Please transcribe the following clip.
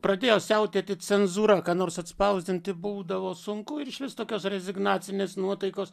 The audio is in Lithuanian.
pradėjo siautėti cenzūra ką nors atspausdinti būdavo sunku ir išvis tokios rezignacinės nuotaikos